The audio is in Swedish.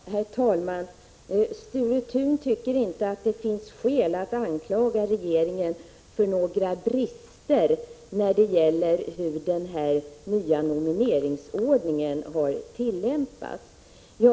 Herr talman! Sture Thun tycker inte att det finns skäl att anklaga 21 maj 1986 regeringen för några brister när det gäller hur den nya nomineringsordningen har tillämpats.